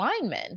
linemen